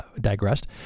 digressed